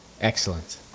Excellent